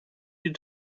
die